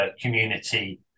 community